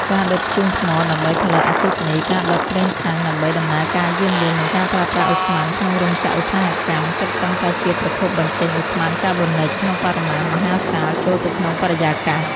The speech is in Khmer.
ការដុតធ្យូងថ្មដើម្បីផលិតអគ្គិសនី ការដុតប្រេងសាំងដើម្បីដំណើរការយានយន្ត និងការប្រើប្រាស់ឧស្ម័នក្នុងរោងចក្រឧស្សាហកម្ម សុទ្ធសឹងតែជាប្រភពបញ្ចេញឧស្ម័នកាបូនិក ក្នុងបរិមាណមហាសាលចូលទៅក្នុងបរិយាកាស។